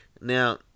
Now